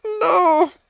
no